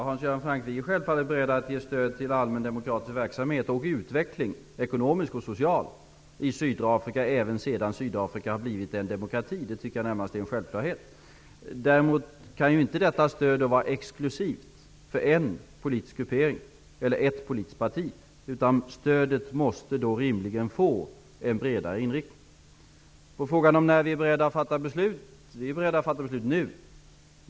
Fru talman! Vi är självfallet beredda att ge stöd till allmän demokratisk verksamhet samt till ekonomisk och social utveckling i Sydafrika även sedan Sydafrika har blivit en demokrati, Hans Göran Franck. Det tycker jag närmast är en självklarhet. Däremot kan inte detta stöd vara exklusivt för en politisk gruppering eller ett politiskt parti, utan stödet måste rimligen få en bredare inriktning. På frågan om när vi är beredda att fatta beslut vill jag svara att vi är beredda att fatta beslut nu.